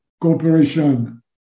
cooperation